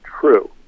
true